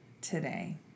today